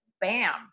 bam